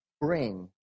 bring